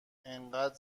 انقد